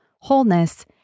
wholeness